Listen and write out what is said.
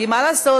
כי מה לעשות,